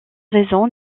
raison